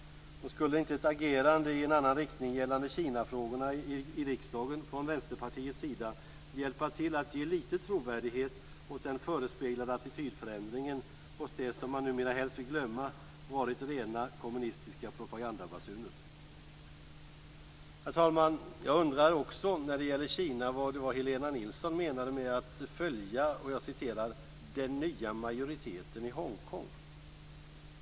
Skulle inte ett agerande i en annan riktning gällande Kinafrågorna i riksdagen från Vänsterpartiets sida hjälpa till att ge litet trovärdighet åt den förespeglade attitydförändringen hos det som man numera helst vill glömma varit rena kommunistiska propagandabasuner? Herr talman! Jag undrar också när det gäller Kina vad Helena Nilsson menade med att följa "den nya majoriteten i Hongkong".